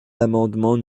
l’amendement